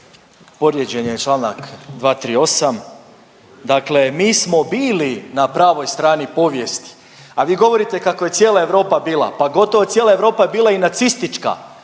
Povrijeđen je čl. 238. Dakle, mi smo bili na pravoj strani povijesti, a vi govorite kako je cijela Europa bila, pa gotovo cijela Europa je bila i nacistička